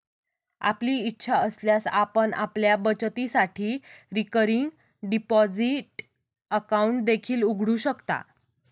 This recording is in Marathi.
आपली इच्छा असल्यास आपण आपल्या बचतीसाठी रिकरिंग डिपॉझिट अकाउंट देखील उघडू शकता